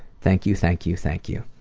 thank you, thank you, thank you.